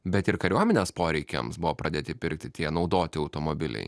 bet ir kariuomenės poreikiams buvo pradėti pirkti tie naudoti automobiliai